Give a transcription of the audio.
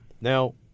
Now